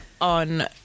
on